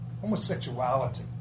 Homosexuality